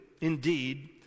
indeed